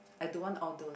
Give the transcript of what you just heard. I don't want all those